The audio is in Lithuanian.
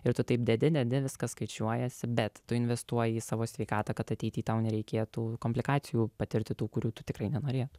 ir tu taip dedi dedi viskas skaičiuojasi bet tu investuoji į savo sveikatą kad ateity tau nereikėtų komplikacijų patirti tų kurių tu tikrai nenorėtum